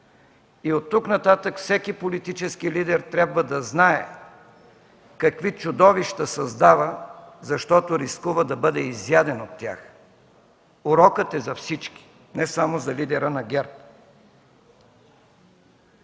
и оттук-нататък всеки политически лидер трябва да знае какви чудовища създава, защото рискува да бъде изяден от тях. Урокът е за всички, не само за лидера на ГЕРБ.